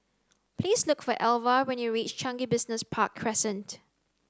please look for Alva when you reach Changi Business Park Crescent